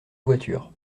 voiture